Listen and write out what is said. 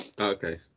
Okay